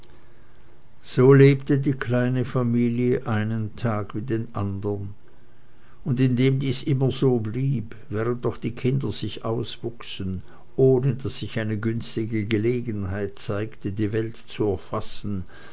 so lebte die kleine familie einen tag wie den andern und indem dies immer so blieb während doch die kinder sich auswuchsen ohne daß sich eine günstige gelegenheit zeigte die welt zu erfassen